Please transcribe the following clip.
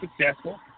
successful